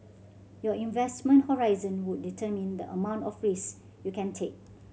your investment horizon would determine the amount of risk you can take